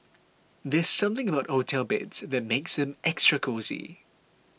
there's something about hotel beds that makes them extra cosy